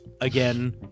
Again